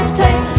take